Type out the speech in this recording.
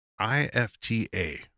IFTA